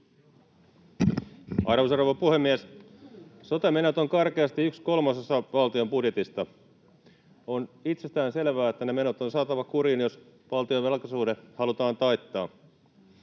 Arvoisa rouva puhemies! Sote-menot ovat karkeasti yksi kolmasosa valtion budjetista. On itsestään selvää, että ne menot on saatava kuriin, jos valtion velkasuhde halutaan taittaa.